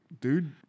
Dude